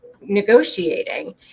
negotiating